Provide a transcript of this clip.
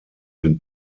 den